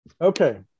Okay